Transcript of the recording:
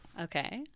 Okay